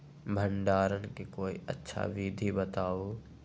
भंडारण के कोई अच्छा विधि बताउ?